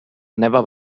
never